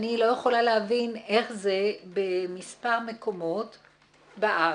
אני לא יכולה להבין איך זה במספר מקומות בארץ,